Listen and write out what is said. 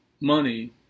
money